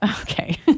Okay